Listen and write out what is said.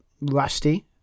rusty